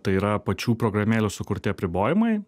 tai yra pačių programėlių sukurti apribojimai